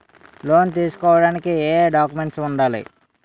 Loan తీసుకోడానికి ఏయే documents వుండాలి?